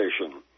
station